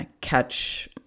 catch